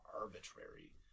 arbitrary